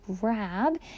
grab